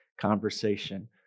conversation